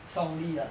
soundly ah